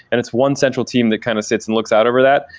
and it's one central team that kind of sits and looks out over that,